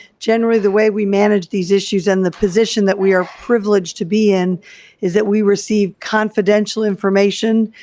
generally, the way we manage these issues and the position that we are privileged to be in is that we receive confidential information.